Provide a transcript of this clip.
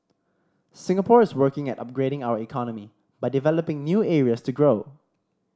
Singapore is working at upgrading our economy by developing new areas to grow